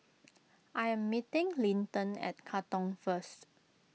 I am meeting Linton at Katong first